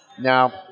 Now